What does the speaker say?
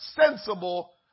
sensible